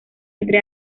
entre